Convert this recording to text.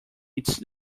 its